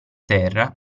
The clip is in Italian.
terra